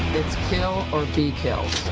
kill or be killed.